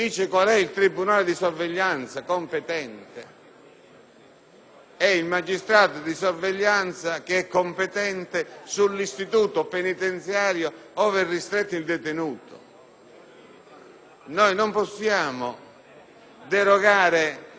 è il magistrato di sorveglianza competente sull'istituto penitenziario ove è ristretto il detenuto. Noi non possiamo derogare al principio costituzionale sancito dall'articolo 25,